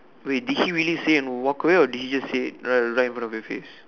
wait did he really say walk away or did he just said it right in front of your face